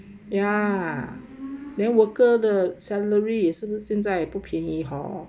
ya then worker 的 salary 也是现在也不便宜 hor